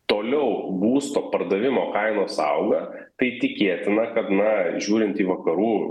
toliau būsto pardavimo kainos auga tai tikėtina kad na žiūrint į vakarų